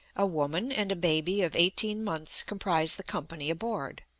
a woman, and a baby of eighteen months comprise the company aboard.